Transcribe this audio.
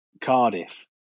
Cardiff